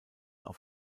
auf